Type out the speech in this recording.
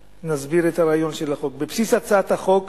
נסביר את הרעיון של הצעת החוק: בבסיס הצעת החוק